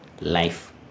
life